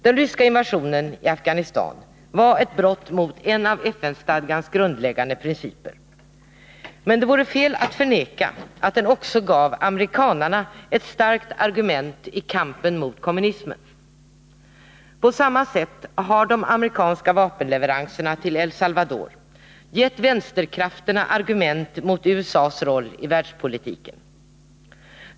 Den ryska invasionen i Afghanistan var ett brott mot FN-stadgans grundläggande principer. Men det vore fel att förneka att den också gav amerikanerna ett starkt argument i kampen mot kommunismen. På samma sätt har de amerikanska vapenleveranserna till El Salvador gett vänsterkrafterna argument mot USA:s roll i världspolitiken.